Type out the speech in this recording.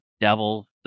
devil